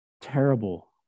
Terrible